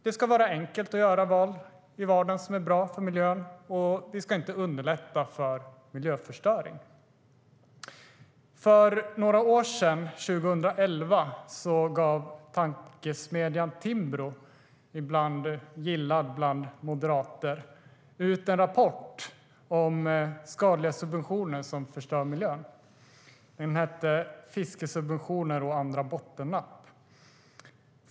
Det ska vara enkelt att göra val i vardagen som är bra för miljön, och vi ska inte underlätta för miljöförstöring. För några år sedan, 2011, gav tankesmedjan Timbro, ibland gillad bland moderater, ut en rapport om skadliga subventioner som förstör miljön. Den heter Fiskesubventioner och andra bottennapp .